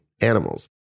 animals